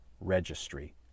registry